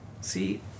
See